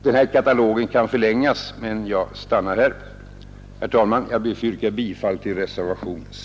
Denna katalog kan förlängas, men jag stannar här. Herr talman! Jag ber att få yrka bifall till reservationen C.